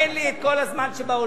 אין לי את כל הזמן שבעולם,